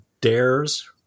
dares